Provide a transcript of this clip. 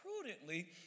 prudently